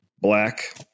black